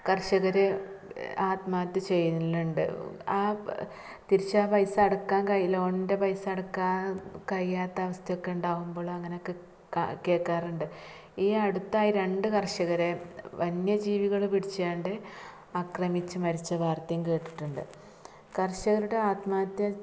കര്ഷകർ ആത്മഹത്യ ചെയ്യലുണ്ട് ആ തിരിച്ചാ പൈസ അടക്കാൻ കഴി ലോണിന്റെ പൈസ അടക്കാൻ കഴിയാത്ത അവസ്ഥയൊക്കെ ഉണ്ടാകുമ്പോളങ്ങനെയൊക്കെ കേൾക്കാറുണ്ട് ഈ അടുത്തായി രണ്ടു കർഷകരെ വന്യജീവികൾ പിടിച്ചു കൊണ്ട് ആക്രമിച്ചു മരിച്ച വാർത്തയും കേട്ടിട്ടുണ്ട് കര്ഷകരുടെ ആത്മഹത്യ